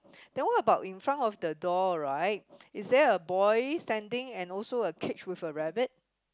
then what about in front of the door right is there a boy standing and also a kid with a rabbit